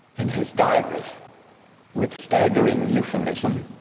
in his diary with staggering euphemism,